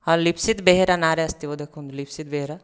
ହଁ ଲିପ୍ସିତ ବେହେରା ନାଁରେ ଆସିଥିବ ଦେଖନ୍ତୁ ଲିପ୍ସିତ ବେହେରା